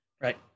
right